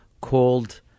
called